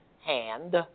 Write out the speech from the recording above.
hand